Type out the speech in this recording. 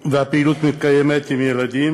והפעילות מתקיימת עם ילדים,